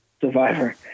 Survivor